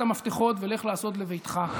תניח את המפתחות ולך לעשות לביתך.